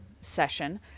session